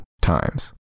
times